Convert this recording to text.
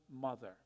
mother